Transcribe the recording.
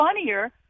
funnier